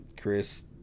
Chris